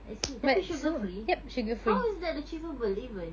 I see tapi sugar free how is that achievable even